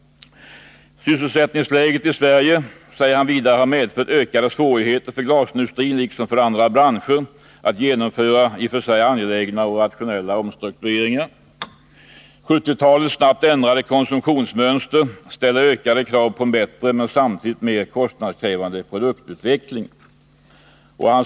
Sysselsättningsläget i Sverige har vidare medfört ökade svårigheter för glasindustrin liksom för andra branscher att genomföra i och för sig angelägna och rationella omstruktureringar. 1970-talets snabbt ändrade konsumtionsmönster ställer ökade krav på en bättre, men samtidigt mer kostnadskrävande, produktutveckling.